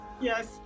Yes